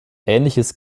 ähnliches